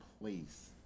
place